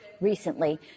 recently